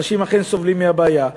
אנשים אכן סובלים מהבעיה,